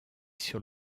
sur